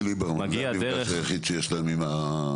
רק בנאומים של ליברמן זה הקשר היחיד שיש להם עם הדת.